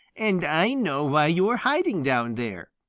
and i know why you are hiding down there.